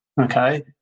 okay